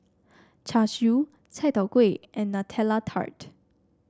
Char Siu Chai Tow Kway and Nutella Tart